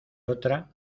otra